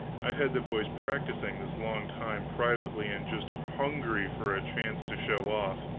i've had the boys practicing this long time, privately and just hungry for a chance to show off.